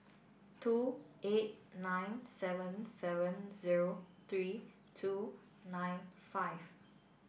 two eight nine seven seven zero three two nine five